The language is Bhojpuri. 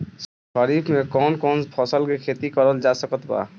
खरीफ मे कौन कौन फसल के खेती करल जा सकत बा?